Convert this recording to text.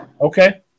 okay